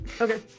Okay